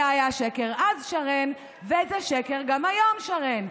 זה היה שקר אז, שרן, וזה שקר גם היום, שרן.